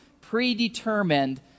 predetermined